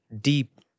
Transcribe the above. deep